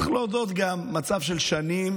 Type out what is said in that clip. צריך גם להודות, מצב של שנים